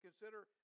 Consider